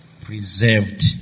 preserved